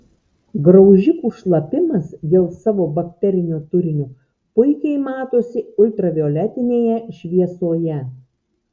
graužikų šlapimas dėl savo bakterinio turinio puikiai matosi ultravioletinėje šviesoje